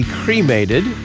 cremated